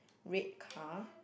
red car